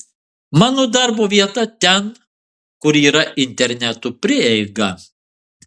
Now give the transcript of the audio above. mano darbo vieta ten kur yra interneto prieiga